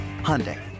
Hyundai